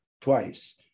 twice